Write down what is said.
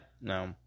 No